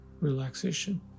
relaxation